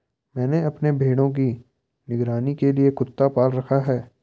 मैंने अपने भेड़ों की निगरानी के लिए कुत्ता पाल रखा है